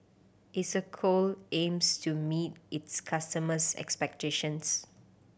Isocal aims to meet its customers' expectations